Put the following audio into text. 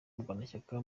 murwanashyaka